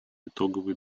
итоговый